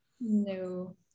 No